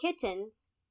kittens